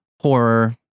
horror